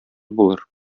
булыр